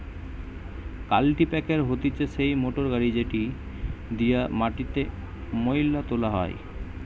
কাল্টিপ্যাকের হতিছে সেই মোটর গাড়ি যেটি দিয়া মাটিতে মোয়লা তোলা হয়